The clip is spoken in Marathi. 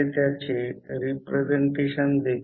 तर ∅ m m f total reluctance हे मिळेल